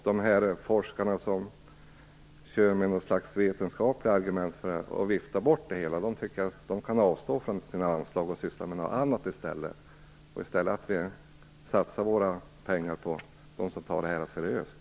De forskare som kör med något slags vetenskapliga argument för att vifta bort det hela kan avstå från sina anslag och syssla med något annat i stället. Vi borde satsa våra pengar på dem som tar den här frågan seriöst.